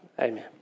Amen